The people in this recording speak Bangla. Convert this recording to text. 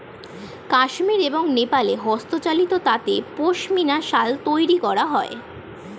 কাশ্মীর এবং নেপালে হস্তচালিত তাঁতে পশমিনা শাল তৈরি করা হয়